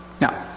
Now